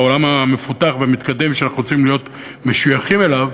בעולם המפותח והמתקדם שאנחנו רוצים להיות משויכים אליו.